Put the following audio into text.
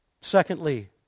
Secondly